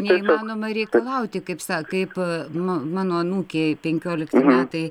neįmanoma reikalauti kaip sa kaip nu mano anūkei penkiolikti metai